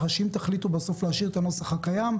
אם תחליטו להשאיר בסוף את הנוסח הקיים,